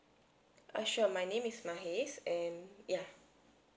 err sure my name is mahes and ya